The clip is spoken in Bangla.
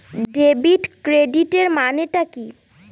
ডেবিট ক্রেডিটের মানে টা কি?